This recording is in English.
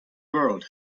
world